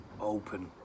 open